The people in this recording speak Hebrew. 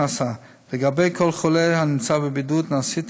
לגבי כל חולה הנמצא בבידוד נעשית